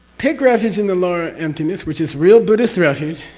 take refuge in the lower emptiness, which is real buddhist refuge.